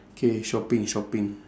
K shopping shopping